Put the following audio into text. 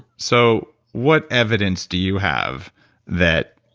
so, what evidence do you have that